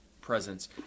presence